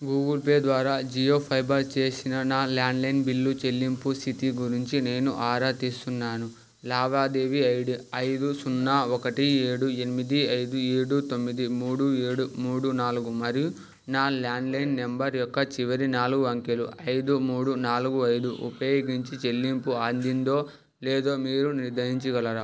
Google Pay ద్వారా Jio fibre చేసిన నా ల్యాండ్లైన్ బిల్లు చెల్లింపు స్థితి గురించి నేను ఆరా తీస్తున్నాను లావాదేవీ ఐడి ఐదు సున్నా ఒకటి ఏడు ఎనిమిది ఐదు ఏడు తొమ్మిది మూడు ఏడు మూడు నాలుగు మరియు నా ల్యాండ్లైన్ నంబర్ యొక్క చివరి నాలుగు అంకెలు ఐదు మూడు నాలుగు ఐదు ఉపయోగించి చెల్లింపు అందిందో లేదో మీరు నిర్ధారించగలరా